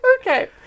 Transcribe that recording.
Okay